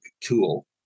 tool